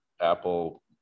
Apple